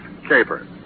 Caper